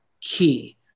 key